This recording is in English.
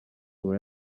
for